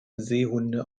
seehunde